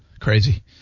Crazy